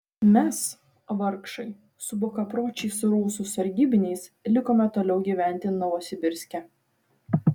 mes vargšai su bukapročiais rusų sargybiniais likome toliau gyventi novosibirske